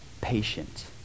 patient